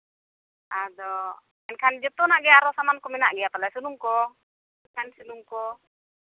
ᱟᱫᱚ ᱮᱱᱠᱷᱟᱱ ᱡᱚᱛᱚᱱᱟᱜ ᱜᱮ ᱟᱨᱚ ᱥᱟᱢᱟᱱ ᱠᱚ ᱢᱮᱱᱟᱜ ᱜᱮᱭᱟ ᱯᱟᱞᱮ ᱥᱩᱱᱩᱢ ᱠᱚ ᱮᱱᱠᱷᱟᱱ ᱥᱩᱱᱩᱢ ᱠᱚ